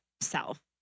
self